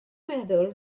meddwl